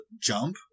jump